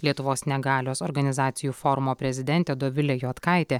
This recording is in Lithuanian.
lietuvos negalios organizacijų forumo prezidentė dovilė juodkaitė